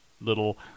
little